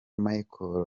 michael